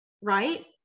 right